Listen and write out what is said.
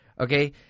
okay